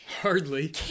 Hardly